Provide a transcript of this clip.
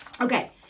okay